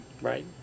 Right